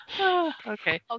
Okay